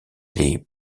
les